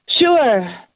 Sure